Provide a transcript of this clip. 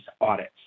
audits